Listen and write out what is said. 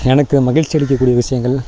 எனக்கு மகிழ்ச்சி அளிக்கக்கூடிய விஷயங்கள்